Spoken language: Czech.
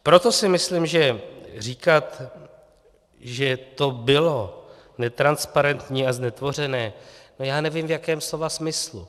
Proto si myslím, že říkat, že to bylo netransparentní a znetvořené, no, já nevím, v jakém slova smyslu.